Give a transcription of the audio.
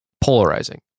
polarizing